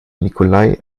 nikolai